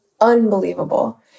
unbelievable